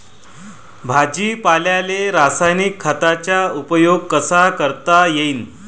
भाजीपाल्याले रासायनिक खतांचा उपयोग कसा करता येईन?